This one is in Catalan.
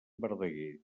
verdaguer